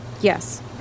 yes